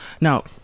Now